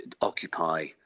occupy